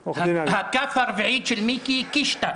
ה-כ' הרביעית של מיקי, קישטה.